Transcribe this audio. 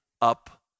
up